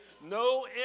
no